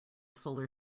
solar